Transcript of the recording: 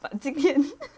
but 今天